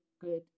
good